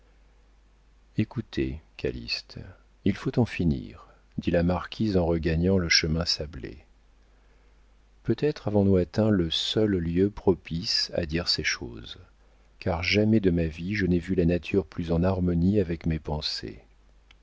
écoutez calyste il faut en finir dit la marquise en regagnant le chemin sablé peut-être avons-nous atteint le seul lieu propice à dire ces choses car jamais de ma vie je n'ai vu la nature plus en harmonie avec mes pensées